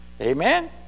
Amen